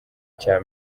cya